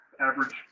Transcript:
average